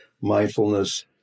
mindfulness